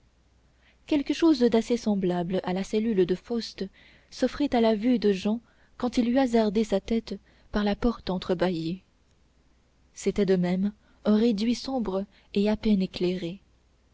quelque chose d'assez semblable à la cellule de faust s'offrit à la vue de jehan quand il eut hasardé sa tête par la porte entre-bâillée c'était de même un réduit sombre et à peine éclairé